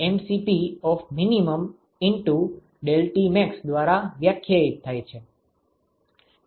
તેથી qmax એ min × ∆Tmax દ્વારા વ્યાખ્યાયિત થાય છે